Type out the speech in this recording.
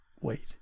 wait